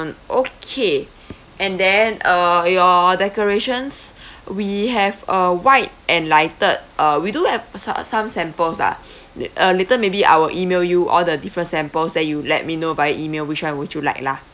okay and then uh your decorations we have a white and lighted uh we do have some some samples lah uh later maybe I will email you all the different samples then you let me know via email which one would you like lah